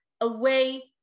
away